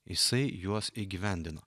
jisai juos įgyvendino